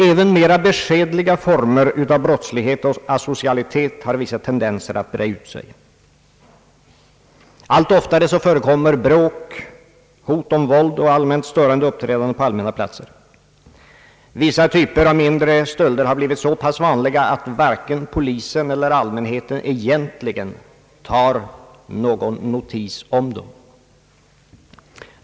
Även mera beskedliga former av brottslighet och asocialitet har emellertid visat tendenser att breda ut sig. Allt oftare förekommer bråk, hot om våld och allmänt störande uppträdande på allmänna platser. Vissa typer av mindre stölder har blivit så pass vanliga, att varken polisen eller allmänheten egentligen tar någon notis om dem.